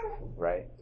right